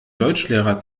deutschlehrer